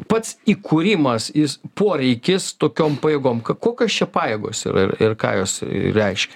pats įkūrimas jis poreikis tokiom pajėgom kokios čia pajėgos yra ir ką jos reiškia